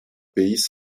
pays